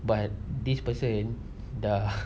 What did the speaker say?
but this person the